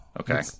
Okay